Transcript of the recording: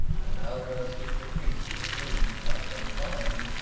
and i'll go seek the priest, whom, if i can find,